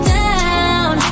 down